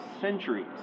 centuries